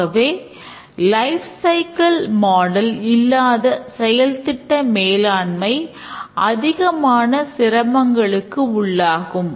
ஆகவே life cycle model இல்லாத செயல்திட்ட மேலாண்மை அதிகமாகன சிரமங்களுக்கு உள்ளாகும்